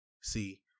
See